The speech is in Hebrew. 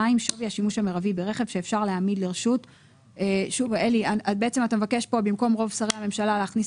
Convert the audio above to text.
שווי השימוש המרבי ברכב שאפשר להעמיד לרשות רוב שרי הממשלה בידי